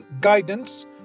Guidance